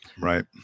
right